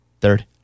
Third